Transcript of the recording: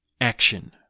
action